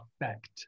effect